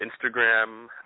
Instagram